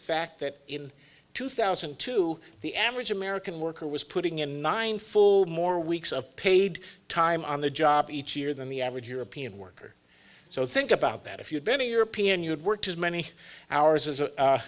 fact that in two thousand and two the average american worker was putting in nine full more weeks of paid time on the job each year than the average european worker so think about that if you'd been a european you had worked as many hours as